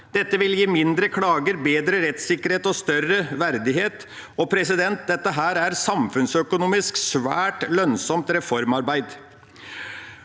Det vil gi færre klager, bedre rettssikkerhet og større verdighet. Dette er samfunnsøkonomisk svært lønnsomt reformarbeid.